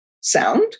sound